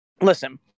listen